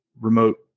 remote